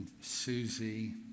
Susie